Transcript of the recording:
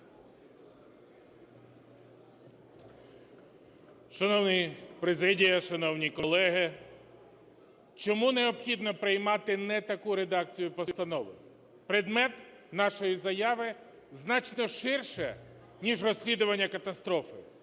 Шановна президія, шановні колеги, чому необхідно приймати не таку редакцію постанови? Предмет нашої заяви значно ширше ніж розслідування катастрофи,